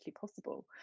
possible